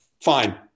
fine